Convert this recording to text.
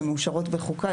שמאושרות בחוקה,